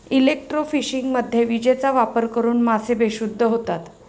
इलेक्ट्रोफिशिंगमध्ये विजेचा वापर करून मासे बेशुद्ध होतात